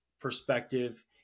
perspective